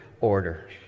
order